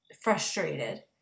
frustrated